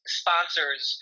sponsors